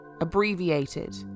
abbreviated